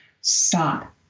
stop